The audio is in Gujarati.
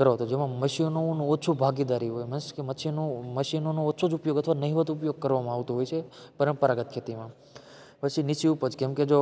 કરાવતો હતો જેમાં મશીનોનું ઓછું ભાગીદારી હોય મશીનોનો ઓછો ઉપયોગ અથવા તો નહિવત ઉપયોગ કરવામાં આવતો હોય છે પરંપરાગત ખેતીમાં પછી નીચી ઉપજ કેમ કે જો